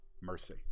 Mercy